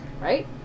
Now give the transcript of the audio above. right